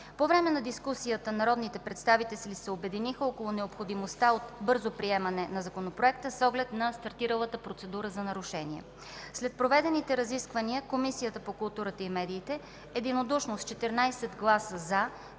По време на дискусията народните представители се обединиха около необходимостта от бързото приемане на законопроекта с оглед стартиралата Процедура за нарушение. След проведените разисквания Комисията по културата и медиите единодушно с 14 гласа „за”